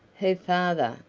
her father,